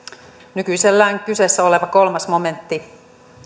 nykyisellään kyseessä oleva kolmas momentti